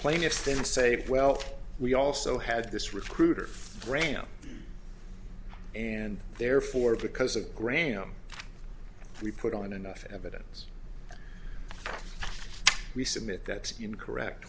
plaintiffs then say well we also had this recruiter grant and therefore because of gram we put on enough evidence we submit that's incorrect